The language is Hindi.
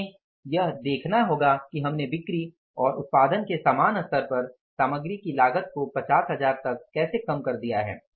हमें यह देखना होगा कि हमने बिक्री और उत्पादन के समान स्तर पर सामग्री की लागत को 50 हजार रुपये तक कैसे कम कर दिया हैं